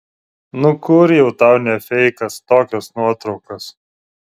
nu kur jau tau ne feikas tokios nuotraukos